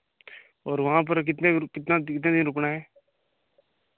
और वहाँ पर कितने ग्रु कितना कितने दिन रुकना है